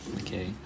okay